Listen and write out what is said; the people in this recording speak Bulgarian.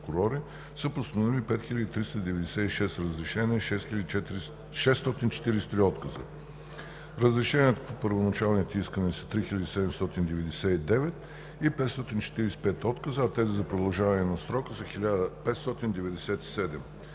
постановили 5396 разрешения и 643 отказа. Разрешенията по първоначалните искания са 3799 и 545 отказа, а тези за продължаване на срока са 1597.